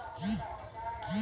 हम बचत खाता कइसे खोलीं?